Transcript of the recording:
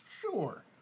Sure